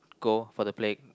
go for the break